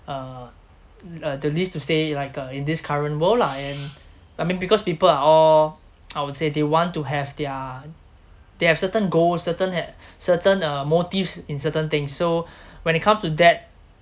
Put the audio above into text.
uh mm uh the least to say like uh in this current world lah and I mean because people are all I would say they want to have their they have certain goal certain have certain uh motives in certain things so when it comes to that